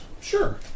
Sure